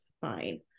fine